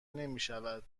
نمیشد